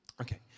Okay